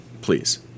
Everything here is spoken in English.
Please